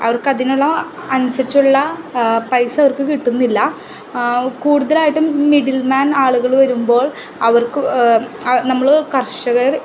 അവർക്കതിനുള്ള അനുസരിച്ചുള്ള പൈസ അവർക്ക് കിട്ടുന്നില്ല കൂടുതലായിട്ടും മിഡിൽ മാൻ ആളുകൾ വരുമ്പോൾ അവർക്ക് നമ്മൾ കർഷകർ